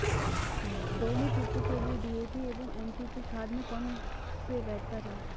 दोमट मिट्टी के लिए डी.ए.पी एवं एन.पी.के खाद में कौन बेहतर है?